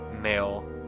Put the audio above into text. male